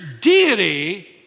deity